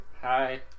Hi